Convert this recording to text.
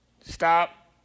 Stop